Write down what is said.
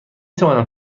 توانم